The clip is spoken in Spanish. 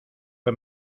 que